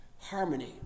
harmony